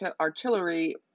artillery